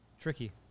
Tricky